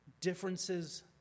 differences